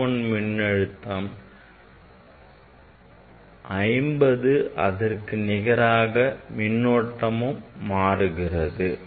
U1 மின்னழுத்தம் 50 அதற்கு நிகராக மின்னோட்டமும் மாறுகிறது